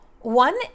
One